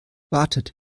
wartet